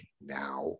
now